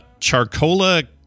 Charcola